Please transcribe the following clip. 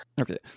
okay